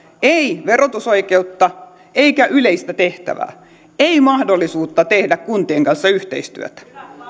ei verotusoikeutta eikä yleistä tehtävää ei mahdollisuutta tehdä kuntien kanssa yhteistyötä